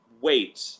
wait